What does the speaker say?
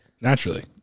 Naturally